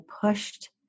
pushed